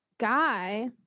guy